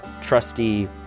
trusty